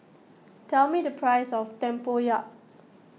tell me the price of Tempoyak